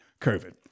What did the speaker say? COVID